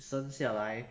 生下来